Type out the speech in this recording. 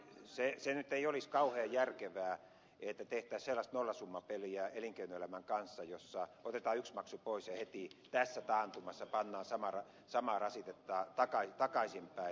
se nyt ei olisi kauhean järkevää että tehtäisiin sellaista nollasummapeliä elinkeinoelämän kanssa jossa otetaan yksi maksu pois ja heti tässä taantumassa pannaan samaa rasitetta takaisinpäin